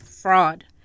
fraud